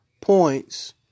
points